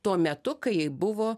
tuo metu kai buvo